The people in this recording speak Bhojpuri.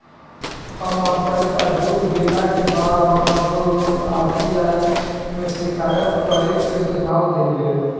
हमर पईसा डूब गेला के बाद हमर दोस्त आर.बी.आई में शिकायत करे के सुझाव देहले